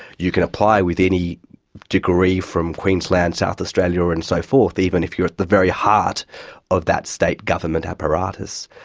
you can apply with any degree from queensland, south australia and so forth, even if you are at the very heart of that state government apparatus.